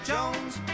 Jones